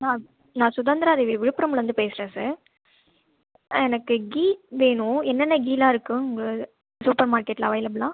நான் நான் சுதந்திராதேவி விழுப்புரம்லேருந்து பேசுகிறேன் சார் எனக்கு கீ வேணும் என்னென்ன கீலாம் இருக்குது உங்கள் சூப்பர் மார்க்கெட்டில் அவைலபுளாக